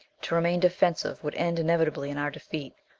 to remain defensive would end inevitably in our defeat.